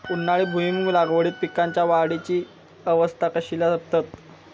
उन्हाळी भुईमूग लागवडीत पीकांच्या वाढीची अवस्था कशी करतत?